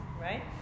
right